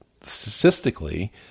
statistically